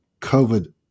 COVID